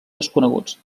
desconeguts